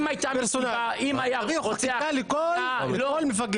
תביאו חקיקה לכל מפגע.